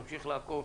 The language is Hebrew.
נמשיך לעקוב,